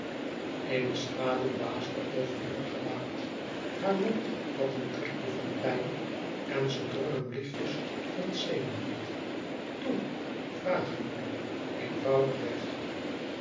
eene schaduw waasde over heur gelaat haar mond had een trekje van pijn en ze drong hem lichtjes ontzenuwd toe vraag het nu eenvoudig weg